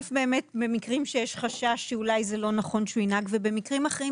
באמת במקרים שיש חשש שאולי זה לא נכון שהוא ינהג ובמקרים אחרים